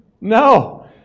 No